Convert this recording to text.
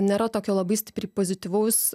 nėra tokio labai stipriai pozityvaus